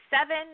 seven